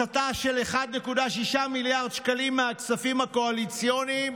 הסטה של 1.6 מיליארד שקלים מהכספים הקואליציוניים